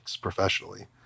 professionally